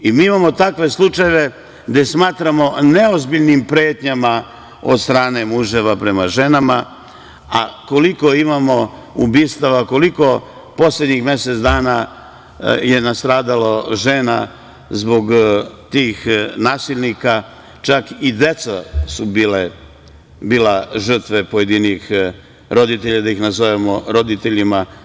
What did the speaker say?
I mi imamo takve slučajeve gde smatramo neozbiljnim pretnjama od strane muževa prema ženama, a koliko imamo ubistava, koliko u poslednjih mesec dana je nastradalo žena zbog tih nasilnika, čak i deca su bila žrtve pojedinih roditelja, da ih nazovemo roditeljima.